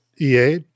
EA